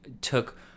took